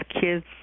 kids